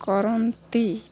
କରନ୍ତି